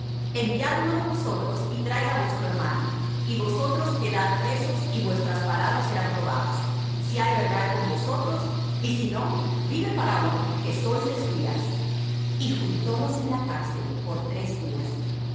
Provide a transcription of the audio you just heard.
enviad uno de vosotros y traiga á vuestro hermano y vosotros quedad presos y vuestras palabras serán probadas si hay verdad con vosotros y si no vive faraón que sois espías y juntólos en la cárcel por tres días